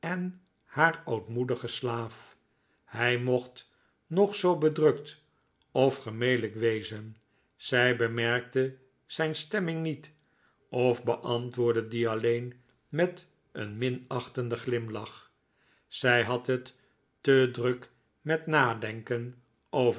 haar ootmoedigen slaaf hij mocht nog zoo bedrukt of gemelijk wezen zij bemerkte zijn stemming niet of beantwoordde die alleen met een minachtenden glimlach zij had het te druk met nadenken over